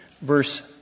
verse